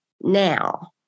now